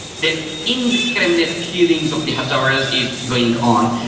then indiscriminate killings of the hazaras is going on.